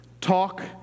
talk